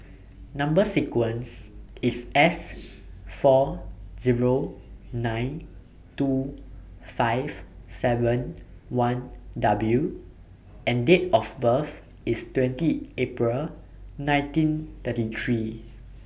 Number sequence IS S four Zero nine two five seven one W and Date of birth IS twenty April nineteen thirty three